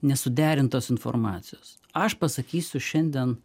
nesuderintos informacijos aš pasakysiu šiandien